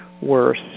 worse